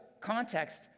context